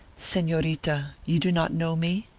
senorita, you do not know me?